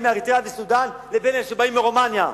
מאריתריאה וסודן ובין אלה שבאים מרומניה.